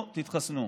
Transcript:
תתחסנו, תתחסנו.